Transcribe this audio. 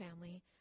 family